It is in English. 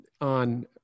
on